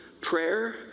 prayer